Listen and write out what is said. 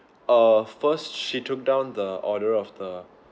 err first she took down the order of the